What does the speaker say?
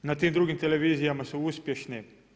Na tim drugim televizijama su uspješni.